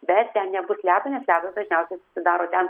bet ten nebus ledo nes ledas dažniausiai susidaro ten